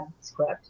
script